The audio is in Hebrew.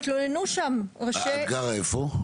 אתה גרה איפה?